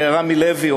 לרמי לוי,